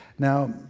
Now